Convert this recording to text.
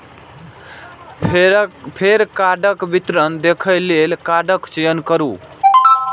फेर कार्डक विवरण देखै लेल कार्डक चयन करू